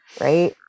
right